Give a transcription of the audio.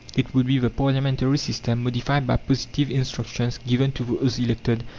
it would be the parliamentary system, modified by positive instructions given to those elected,